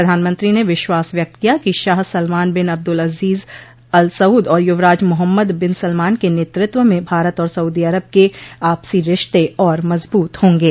प्रधानमंत्री ने विश्वास व्यक्त किया कि शाह Salman bin Abdul Aziz Al Saud और युवराज मोहम्मद बिन सलमान के नेतृत्व म भारत और सऊदी अरब के आपसी रिश्ते और मजबूत होंगे